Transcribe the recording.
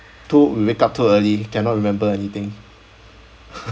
too we wake up too early cannot remember anything